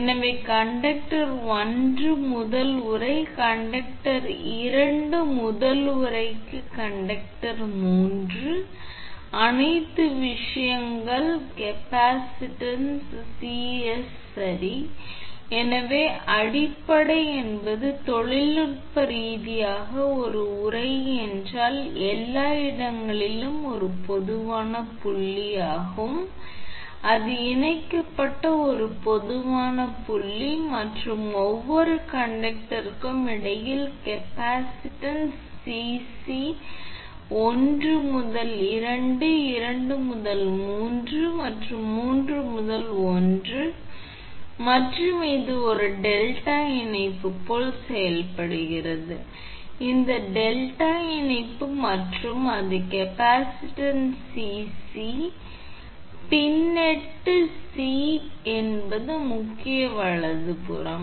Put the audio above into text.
எனவே கண்டக்டர் 1 முதல் உறை கண்டக்டர் 2 முதல் உறைக்கு கண்டக்டர் 3 அனைத்து விஷயங்கள் கேப்பாசிட்டன்ஸ் 𝐶𝑠 சரி எனவே அடிப்படை என்பது தொழில்நுட்ப ரீதியாக ஒரு உறை என்றால் எல்லா இடங்களிலும் ஒரு பொதுவான புள்ளியாகும் அது இணைக்கப்பட்ட ஒரு பொதுவான புள்ளி மற்றும் ஒவ்வொரு கண்டக்டகும் இடையில் கேப்பாசிட்டன்ஸ் 𝐶𝑐 1 முதல் 2 2 முதல் 3 மற்றும் 3 முதல் 1 மற்றும் இது ஒரு டெல்டா இணைப்பு போல செயல்படுகிறது இந்த டெல்டா இணைப்பு மற்றும் அது கேப்பாசிட்டன்ஸ் 𝐶𝑐 C பின்னொட்டு c c என்பது முக்கிய வலதுபுறம்